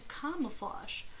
camouflage